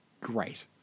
great